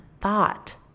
thought